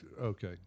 okay